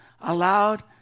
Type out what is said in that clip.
allowed